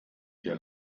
ihr